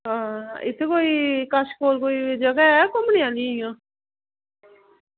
इत्थें कोई कश जगह ऐ कोई घुम्मनै आह्ली